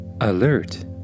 Alert